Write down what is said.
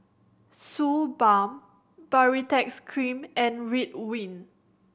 Suu Balm Baritex Cream and Ridwind